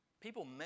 People